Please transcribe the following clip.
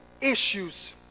issues